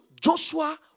Joshua